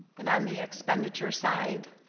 and, on the expenditures side,